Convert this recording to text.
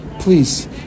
Please